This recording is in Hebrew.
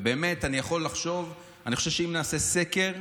באמת, אני חושב שאם נעשה סקר,